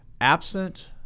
Absent